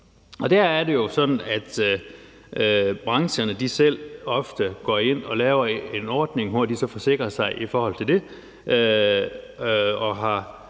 sygdomme – at brancherne selv ofte går ind og laver en ordning, hvor de så forsikrer sig i forhold til det og har